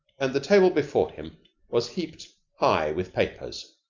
and the table before him was heaped high with papers.